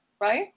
right